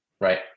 right